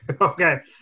Okay